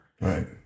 Right